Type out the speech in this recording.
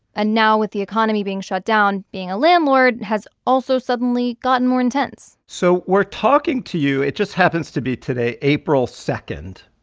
and now with the economy being shut down, being a landlord has also suddenly gotten more intense so we're talking to you, it just happens to be, today, april two.